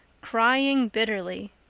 crying bitterly.